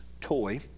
toy